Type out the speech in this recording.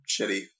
shitty